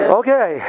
okay